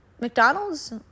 McDonald's